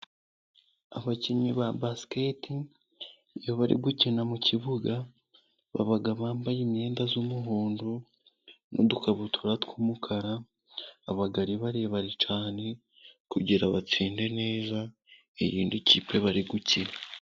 Abakinnyi ba basiketi iyo bari gukina mu kibuga, baba bambaye imyenda y'umuhondo, n'udukabutura tw'umukara, baba ari barebare cyane, kugira batsinde neza iyindi kipe bari gukina.